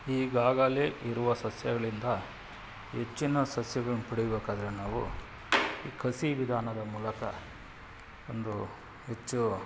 ಈಗಾಗಲೇ ಇರುವ ಸಸ್ಯಗಳಿಂದ ಹೆಚ್ಚಿನ ಸಸ್ಯಗಳನ್ನು ಪಡಿಬೇಕಾದ್ರೆ ನಾವು ಈ ಕಸಿ ವಿಧಾನದ ಮೂಲಕ ಒಂದು ಹೆಚ್ಚು